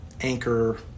anchor